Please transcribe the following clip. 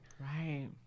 right